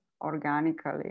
organically